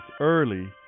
early